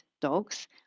dogs